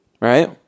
right